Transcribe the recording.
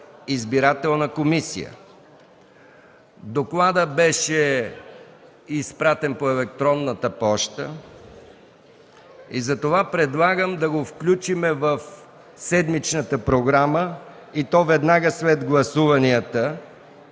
избирателна комисия. Докладът беше изпратен по електронната поща и затова предлагам да го включим в седмичната програма, и то веднага след гласуванията,